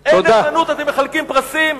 אין נאמנות, אתם מחלקים פרסים.